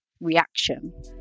reaction